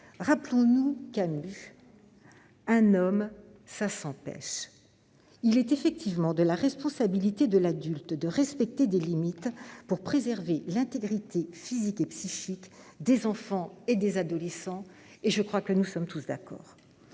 Rappelons-nous le « un homme ça s'empêche » de Camus. Il est effectivement de la responsabilité de l'adulte de respecter des limites pour préserver l'intégrité physique et psychique des enfants et des adolescents. Je crois que nous en sommes tous d'accord.